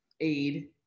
aid